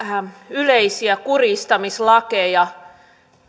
yleisiä kuristamislakeja